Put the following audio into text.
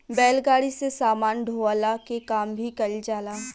बैलगाड़ी से सामान ढोअला के काम भी कईल जाला